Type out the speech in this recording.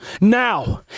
now